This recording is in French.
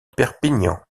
perpignan